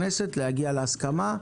וגם מצד נציגי הכנסת להגיע להסכמה,